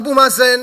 אבו מאזן